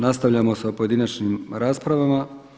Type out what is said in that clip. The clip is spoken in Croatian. Nastavljamo sa pojedinačnim raspravama.